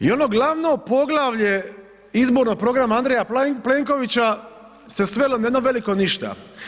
I ono glavno poglavlje izbornog programa Andreja Plenkovića se svelo na jedno veliko ništa.